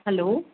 hello